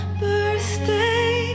birthday